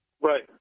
Right